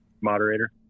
moderator